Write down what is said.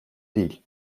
değil